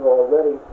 already